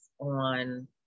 on